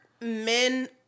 men